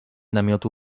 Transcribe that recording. namiotu